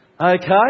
Okay